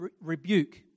rebuke